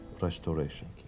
restoration